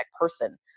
person